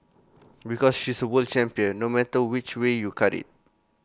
because she's A world champion no matter which way you cut IT